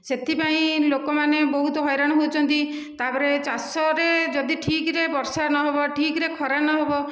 ସେଇଥିପାଇଁ ଲୋକମାନେ ବହୁତ ହଇରାଣ ହେଉଛନ୍ତି ତା'ପରେ ଚାଷରେ ଯଦି ଠିକରେ ବର୍ଷା ନହେବ ଠିକରେ ଖରା ନ ହବ